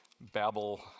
babble